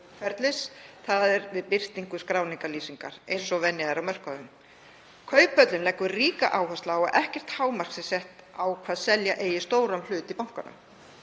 þ.e. við birtingu skráningarlýsingar eins og venja er á mörkuðum. Kauphöllin leggur ríka áherslu á að ekkert hámark sé sett á hvað selja eigi stóran hlut í bankanum.